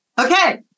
Okay